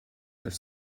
their